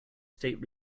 state